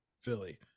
Philly